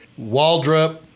Waldrop